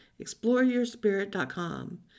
exploreyourspirit.com